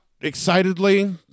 excitedly